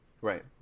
Right